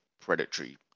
predatory